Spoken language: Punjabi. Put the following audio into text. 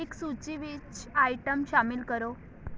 ਇੱਕ ਸੂਚੀ ਵਿੱਚ ਆਈਟਮ ਸ਼ਾਮਿਲ ਕਰੋ